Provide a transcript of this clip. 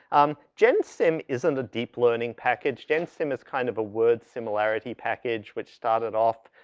um, gensim isn't a deep learning package. gensim is kind of a word similarity package which started off